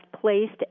placed